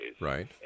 Right